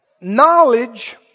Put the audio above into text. Knowledge